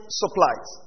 supplies